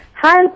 Hi